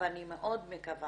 ואני מאוד מקווה